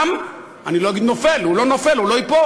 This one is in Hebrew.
קם, אני לא אגיד נופל, הוא לא נופל, הוא לא ייפול,